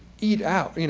eat out. you know